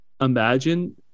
imagine